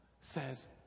says